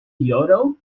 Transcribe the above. yodel